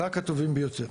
רק הטובים ביותר.